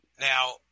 Now